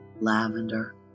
lavender